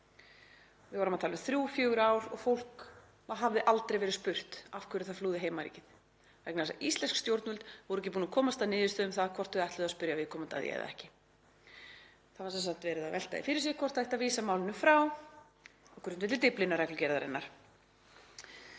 Við erum að tala um þrjú, fjögur ár og fólk hafði aldrei verið spurt af hverju það flúði heimaríkið vegna þess að íslensk stjórnvöld voru ekki búin að komast að niðurstöðu um hvort þau ætluðu að spyrja viðkomandi að því eða ekki. Það var sem sagt verið að velta því fyrir sér hvort það ætti að vísa málinu frá á grundvelli Dyflinnarreglugerðarinnar.